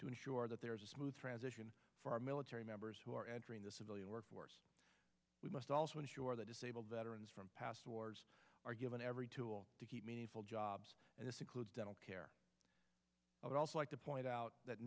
to ensure that there is a smooth transition for our military members who are entering the civilian workforce we must also ensure that disabled veterans from past wars are given every tool to keep meaningful jobs and this includes dental care i would also like to point out that